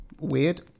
weird